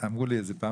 אמרו לי את זה פעם ,